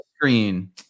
screen